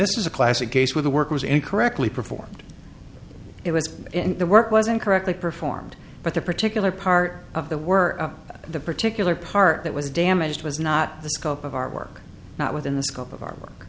this is a classic case where the work was incorrectly performed it was and the work was incorrectly performed but the particular part of the work of the particular part that was damaged was not the scope of our work not within the scope of our work